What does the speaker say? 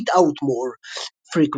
Eat Out More Frequently,